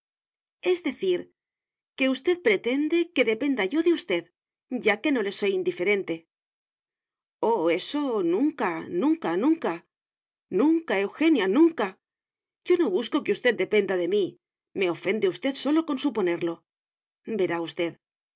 es decir que usted pretende que dependa yo de usted ya que no le soy indiferente oh eso nunca nunca nunca nunca eugenia nunca yo no busco que usted dependa de mí me ofende usted sólo con suponerlo verá ustedy